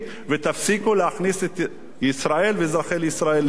ותפסיקו להכניס את ישראל ואזרחי ישראל לפניקה.